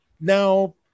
Now